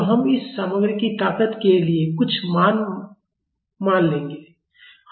तो हम इस सामग्री की ताकत के लिए कुछ मान मान लेंगे